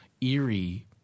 eerie